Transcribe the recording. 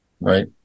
right